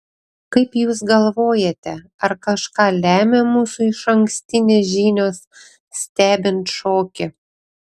kaip jūs galvojate ar kažką lemia mūsų išankstinės žinios stebint šokį